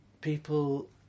people